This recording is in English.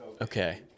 Okay